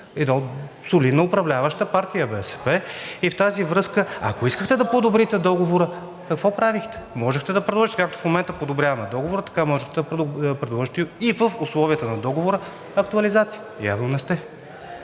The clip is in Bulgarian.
и то солидно управляваща партия е БСП. В тази връзка, ако искате да подобрите Договора – какво правихте? Можехте да предложите, както в момента подобряваме Договора, така можехте да предложите и в условията на Договора актуализация – явно не сте.